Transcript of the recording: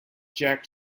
jack